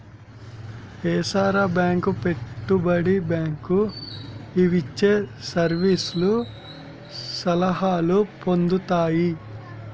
ఏసార bank పెట్టుబడి bank ఇవిచ్చే service సలహాలు పొందుతాయి